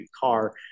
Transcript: car